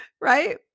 right